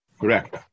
Correct